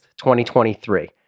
2023